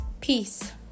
Peace